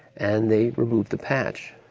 and they removed the patch.